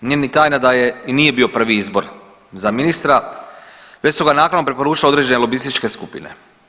Nije ni tajna da je i nije bio prvi izbor za ministra, već su ga naknadno preporučile određene lobističke skupne.